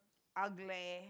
ugly